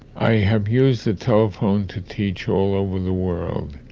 i have used the telephone to teach all over the world.